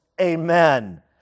amen